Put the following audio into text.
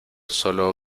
solo